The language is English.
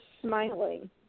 smiling